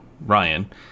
Ryan